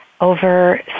over